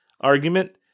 argument